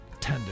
Tender